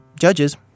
judges